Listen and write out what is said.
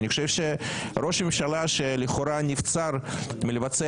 אני חושב שראש הממשלה שלכאורה נבצר מלבצע